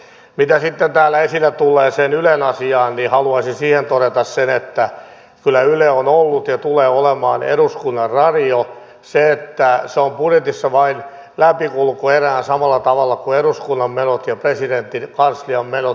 mitä tulee sitten täällä esille tulleeseen ylen asiaan niin haluaisin siitä todeta sen että kyllä yle on ollut ja tulee olemaan eduskunnan radio se on budjetissa vain läpikulkueränä samalla tavalla kuin eduskunnan menot ja presidentin kanslian menot